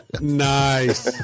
Nice